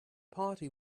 party